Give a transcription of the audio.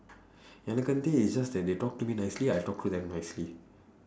எனக்கு வந்து:enakku vandthu it's just that they talk to me nicely I talk to them nicely